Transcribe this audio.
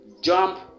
jump